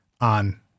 on